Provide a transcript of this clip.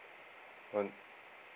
one